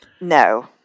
no